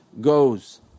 goes